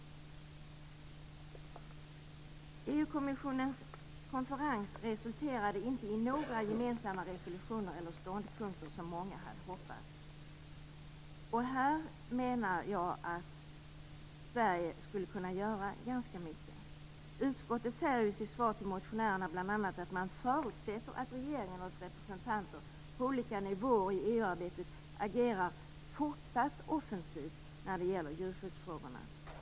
EU-kommissionens konferens resulterade inte i några gemensamma resolutioner eller ståndpunkter, som många hade hoppats. Här skulle Sverige kunna göra ganska mycket. I utskottets svar till motionärerna sägs bl.a. att man förutsätter att regeringen och dess representanter på olika nivåer i EU-arbetet agerar fortsatt offensivt när det gäller djurskyddsfrågorna.